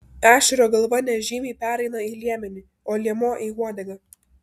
ešerio galva nežymiai pereina į liemenį o liemuo į uodegą